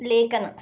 ಲೇಖನ